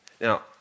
Now